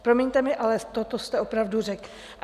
Promiňte mi, ale toto jste opravdu řekl.